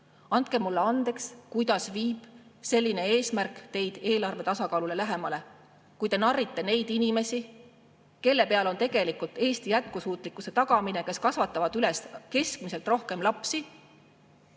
Andke mulle andeks, kuidas viib selline eesmärk teid eelarve tasakaalule lähemale, kui te narrite neid inimesi, kelle peal on tegelikult Eesti jätkusuutlikkuse tagamine, kes kasvatavad üles keskmisest rohkem lapsi?